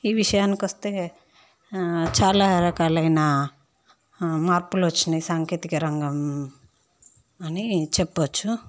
ఈ విషయానికి వస్తే చాలా రకములైన మార్పులు వచ్చినాయి సాంకేతిక రంగం అని చెప్పవచ్చు